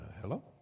Hello